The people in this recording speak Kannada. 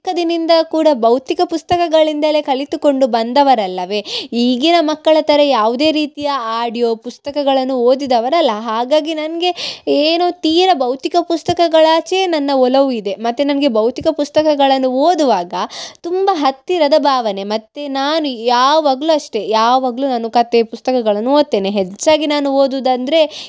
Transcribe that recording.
ಚಿಕ್ಕಂದಿನಿಂದ ಕೂಡ ಭೌತಿಕ ಪುಸ್ತಕಗಳಿಂದಲೇ ಕಲಿತುಕೊಂಡು ಬಂದವರಲ್ಲವೆ ಈಗಿನ ಮಕ್ಕಳ ಥರ ಯಾವುದೇ ರೀತಿಯ ಆಡ್ಯೊ ಪುಸ್ತಕಗಳನ್ನು ಓದಿದವರಲ್ಲ ಹಾಗಾಗಿ ನನಗೆ ಏನೊ ತೀರ ಭೌತಿಕ ಪುಸ್ತಕಗಳಾಚೆ ನನ್ನ ಒಲವು ಇದೆ ಮತ್ತು ನನಗೆ ಭೌತಿಕ ಪುಸ್ತಕಗಳನ್ನು ಓದುವಾಗ ತುಂಬ ಹತ್ತಿರದ ಭಾವನೆ ಮತ್ತು ನಾನು ಯಾವಾಗ್ಲೂ ಅಷ್ಟೆ ಯಾವಾಗ್ಲೂ ನಾನು ಕತೆಪುಸ್ತಕಗಳನ್ನು ಓದ್ತೇನೆ ಹೆಚ್ಚಾಗಿ ನಾನು ಓದುದಂದರೆ